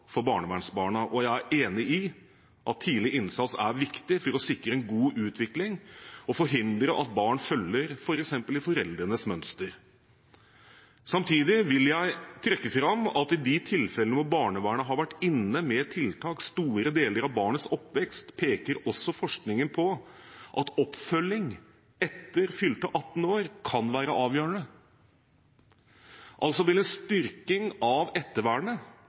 for barnevernsbarna, og jeg er enig i at tidlig innsats er viktig for å sikre en god utvikling og forhindre at barn følger f.eks. foreldrenes mønster. Samtidig vil jeg trekke fram at i de tilfellene hvor barnevernet har vært inne med tiltak store deler av barnets oppvekst, peker også forskningen på at oppfølging etter fylte 18 år kan være avgjørende. Altså vil en styrking av ettervernet